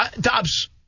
Dobbs